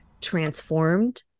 transformed